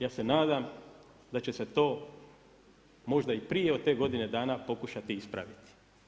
Ja se nadam da će se to možda i prije od te godine dana pokušati ispraviti.